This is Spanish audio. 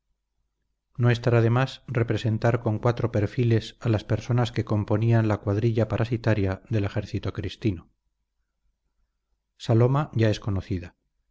de más representar con cuatro perfiles a las personas que componían la cuadrilla parasitaria del ejército cristino saloma ya es conocida